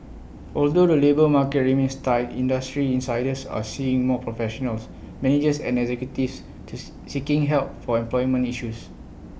although the labour market remains tight industry insiders are seeing more professionals managers and executives teeth seeking help for employment issues